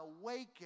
awaken